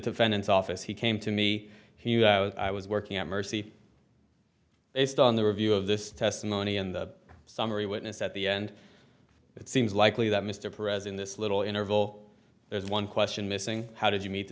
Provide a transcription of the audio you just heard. defendant's office he came to me you out i was working at mercy based on the review of this testimony in the summary witness at the end it seems likely that mr pres in this little interval there's one question missing how did you meet the